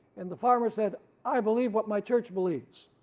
and the farmer said i believe what my church believes.